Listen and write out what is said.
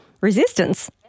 resistance